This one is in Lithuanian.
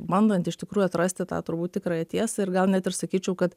bandant iš tikrųjų atrasti tą turbūt tikrąją tiesą ir gal net ir sakyčiau kad